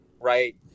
right